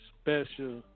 special